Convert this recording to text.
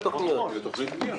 במיוחד קופת חולים כללית,